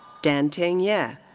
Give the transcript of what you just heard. dan ting yeah